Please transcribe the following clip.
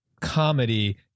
comedy